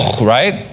Right